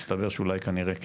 מסתבר שאולי כנראה כן.